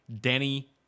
denny